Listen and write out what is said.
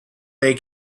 they